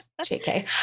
JK